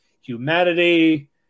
Humanity